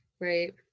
right